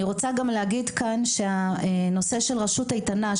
נושא של רשות איתנה,